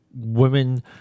Women